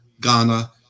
Ghana